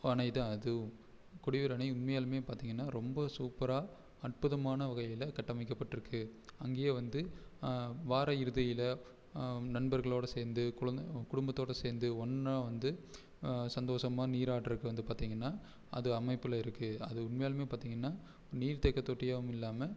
அணை தான் அது கொடிவேரி அணை உண்மையாலுமே பார்த்திங்கனா ரொம்ப சூப்பராக அற்புதமான வகையில் கட்டமைக்கப்பட்ருக்கு அங்கேயே வந்து வார இறுதியில் நண்பர்களோட சேர்ந்து குழந்த குடும்பத்தோட சேர்ந்து ஒன்னாக வந்து சந்தோசமாக நீராட்றக்கு வந்து பார்த்திங்கனா அது அமைப்பில் இருக்கு அது உண்மையாலுமே பார்த்திங்கனா நீர் தேக்க தொட்டியாகவும் இல்லாமல்